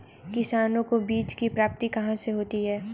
किसानों को बीज की प्राप्ति कहाँ से होती है?